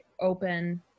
open